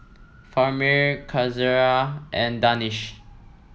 Fahmi Qaisara and Danish